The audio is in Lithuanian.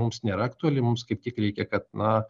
mums nėra aktuali mums kaip tik reikia kad na